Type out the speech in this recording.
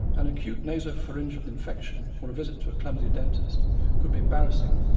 an acute naso-pharyngeal infection or a visit to a clumsy dentist could be embarrassing.